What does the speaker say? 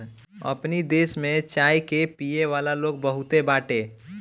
अपनी देश में चाय के पियेवाला लोग बहुते बाटे